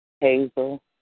Hazel